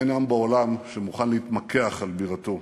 אין עם בעולם שמוכן להתמקח על בירתו.